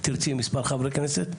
או עם מספר חברי כנסת.